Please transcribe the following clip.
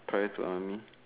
prior to army